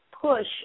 push